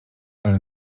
ale